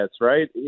right